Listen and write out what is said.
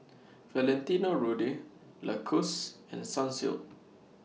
Valentino Rudy Lacoste and Sunsilk